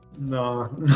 No